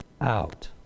out